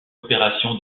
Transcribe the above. opération